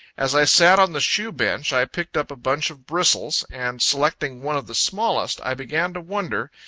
as i sat on the shoe-bench, i picked up a bunch of bristles, and selecting one of the smallest, i began to wonder,